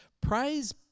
Praise